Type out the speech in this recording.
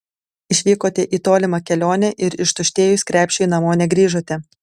išvykote į tolimą kelionę ir ištuštėjus krepšiui namo negrįžote